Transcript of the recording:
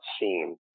seen